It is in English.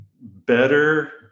better